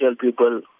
people